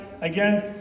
again